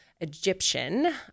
egyptian